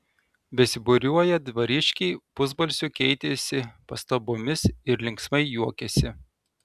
besibūriuoją dvariškiai pusbalsiu keitėsi pastabomis ir linksmai juokėsi